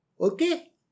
Okay